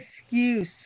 excuse